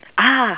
ah